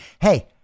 hey